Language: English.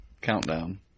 countdown